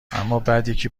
امابعدیکی